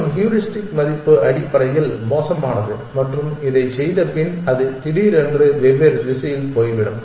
மற்றும் ஹூரிஸ்டிக் மதிப்பு அடிப்படையில் மோசமானது மற்றும் இதைச் செய்தபின் அது திடீரென்று வெவ்வேறு திசையில் போய்விடும்